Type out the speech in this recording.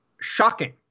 shocking